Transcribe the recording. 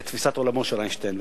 את תפיסת עולמו של איינשטיין.